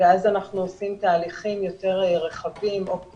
אם אנחנו משווים לאוכלוסייה הכללית,